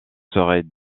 seraient